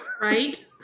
right